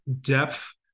depth